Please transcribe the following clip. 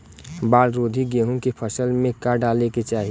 बाढ़ रोधी गेहूँ के फसल में का डाले के चाही?